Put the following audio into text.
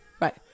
Right